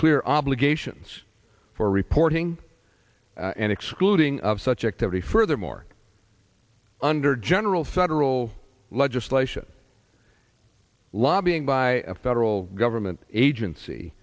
clear obligations for reporting and excluding of such activity furthermore under general federal legislation lobbying by a federal government agency